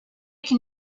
can